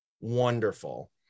wonderful